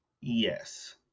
yes